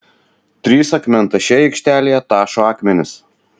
trys akmentašiai aikštelėje tašo akmenis